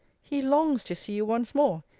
he longs to see you once more.